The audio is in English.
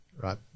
right